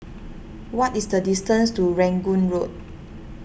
what is the distance to Rangoon Road